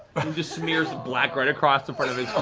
and smears black right across the front of